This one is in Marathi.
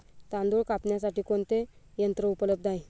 तांदूळ कापण्यासाठी कोणते यंत्र उपलब्ध आहे?